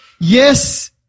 Yes